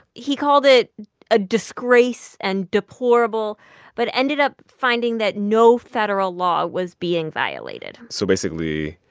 he called it a disgrace and deplorable but ended up finding that no federal law was being violated so basically,